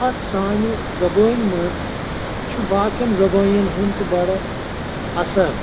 اَتھ سانہِ زَبٲنۍ منٛز چھُ باقیَن زَبٲنٮ۪ن ہُنٛد تہٕ بَڑٕ اَثر